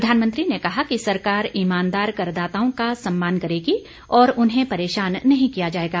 प्रधानमंत्री ने कहा कि सरकार ईमानदार करदाताओं का सम्मान करेगी और उन्हें परेशान नहीं किया जाएगा